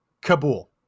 Kabul